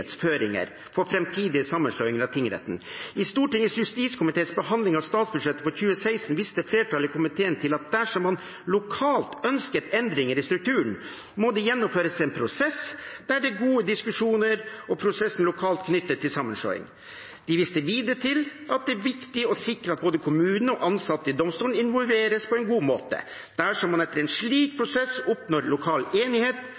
føringer for fremtidige sammenslåinger av tingretter. I Stortingets justiskomités behandling av statsbudsjettet for 2016 viste flertallet i komiteen til at dersom man lokalt ønsket endringer i strukturen, må det gjennomføres en prosess der det er gode diskusjoner og prosesser lokalt knyttet til sammenslåing. De viste videre til at det er viktig å sikre at både kommunen og ansatte i domstolen involveres på en god måte. Dersom man etter en slik prosess oppnår lokal enighet,